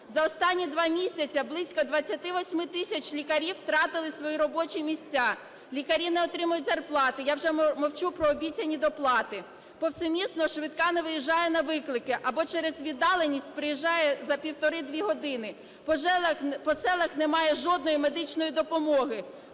За останні 2 місяці близько 28 тисяч лікарів втратили свої робочі місця. Лікарі не отримують зарплати, я вже мовчу про обіцяні доплати. Повсемісно швидка не виїжджає на виклики або через віддаленість приїжджає за 1,5-2 години. По селах немає жодної медичної допомоги,